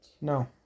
No